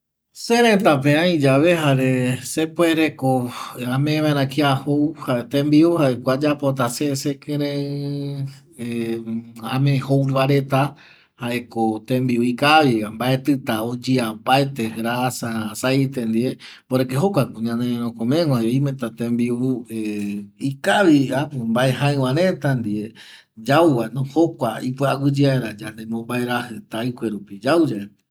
Se rëtape aiyave sepuereko ame vaera kia tembiu jaeko ayapota se sekƚreƚ ame jouvareta jaeko tembiu ikaviva mbaetƚta oyea opaete grasa, aceite ndie porque jokuako ñane rerokomeguavi, oimeta tembiu kavi mbae jaƚva reta ndie yauvano jukua aguƚyeara yande mombaerajƚ taƚkue rupi yauyae